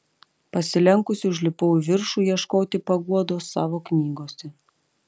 pasilenkusi užlipau į viršų ieškoti paguodos savo knygose